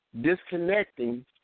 disconnecting